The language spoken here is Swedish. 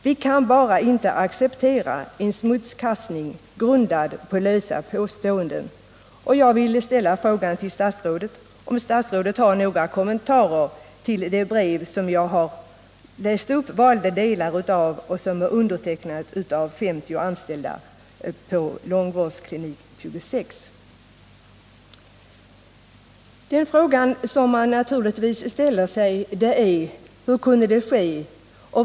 Vi kan bara inte acceptera en smutskastning grundad på lösa påståenden.” Jag vill fråga statsrådet, om hon har några kommentarer till det brev som jag har läst upp valda delar ur och som är undertecknat av 50 anställda på avdelning 26 långvårdskliniken. I fallet Östra sjukhuset i Malmö frågar man sig naturligtvis: Hur kunde detta ske?